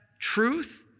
truth